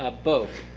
ah both.